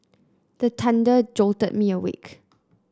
the thunder jolt me awake